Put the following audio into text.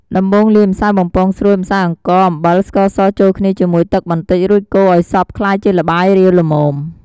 ដំបូងលាយម្សៅបំពងស្រួយ ម្សៅអង្ករ អំបិល ស្ករស ចូលគ្នាជាមួយទឹកបន្តិចរួចកូរឱ្យសព្វក្លាយជាល្បាយរាវល្មម។